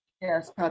yes